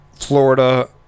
Florida